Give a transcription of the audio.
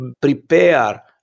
prepare